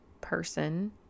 person